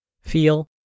feel